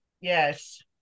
Yes